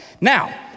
Now